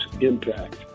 impact